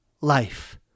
life